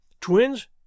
Twins